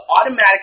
automatic